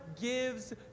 gives